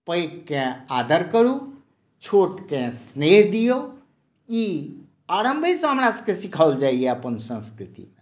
पैघकेँ आदर करु छोटकेँ स्नेह दियौ ई आरम्भे सॅं हमरा सभकेँ सिखाओल जाइया अपन संस्कृति